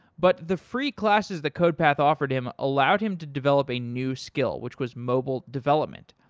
but the free classes that codepath offered him allowed him to develop a new skill, which was mobile development.